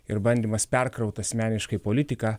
ir bandymas perkraut asmeniškai politiką